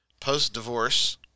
post-divorce